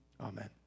Amen